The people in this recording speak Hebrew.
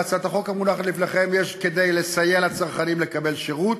בהצעת החוק המונחת בפניכם יש כדי לסייע לצרכנים לקבל שירות